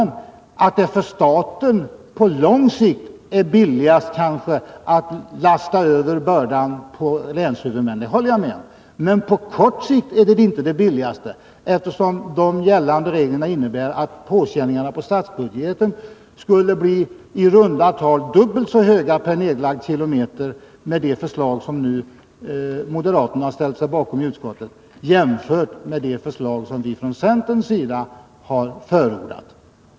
Jag håller med om att det för staten på lång sikt kanske är billigast att lasta över bördan på länshuvudmännen, men på kort sikt är det inte det billigaste sättet. De gällande reglerna innebär ju att påkänningarna på statsbudgeten med det förslag som moderaterna i utskottet nu har ställt sig bakom skulle bli i runda tal dubbelt så stora per nedlagd kilometer jämfört med effekterna av det förslag som vi från centerns sida har förordat.